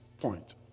point